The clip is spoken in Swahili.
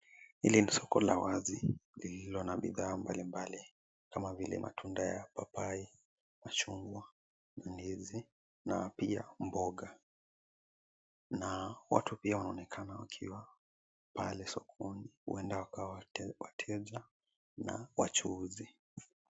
Hili ni soko la wazi lililo na bidhaa mbalimbali kama vile matunda ya papai, machungwa, mandizi na pia mboga. Na watu pia wanaonekana wakiwa pale sokoni, huenda wakawa wateja na wachuuzi.